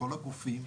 כל הגופים,